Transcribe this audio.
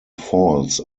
falls